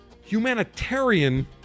humanitarian